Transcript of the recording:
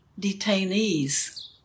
detainees